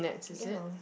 ya